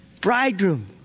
Bridegroom